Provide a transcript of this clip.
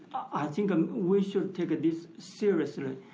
i think um we should take ah this seriously.